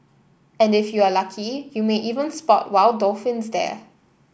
and if you are lucky you may even spot wild dolphins there